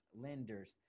lenders